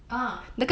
ah